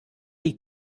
die